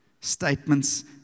Statements